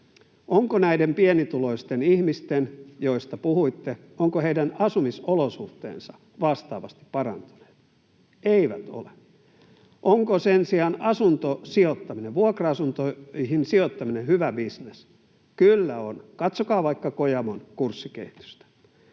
Ovatko näiden pienituloisten ihmisten, joista puhuitte, asumisolosuhteet vastaavasti parantuneet? Eivät ole. Onko sen sijaan asuntosijoittaminen, vuokra-asuntoihin sijoittaminen, hyvä bisnes? Kyllä on. Katsokaa vaikka Kojamon kurssikehitystä.